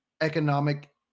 economic